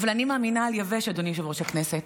אבל אני מאמינה על יבש, אדוני יושב-ראש הכנסת.